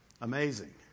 amazing